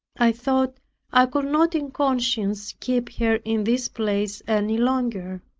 i thought i could not in conscience keep her in this place any longer.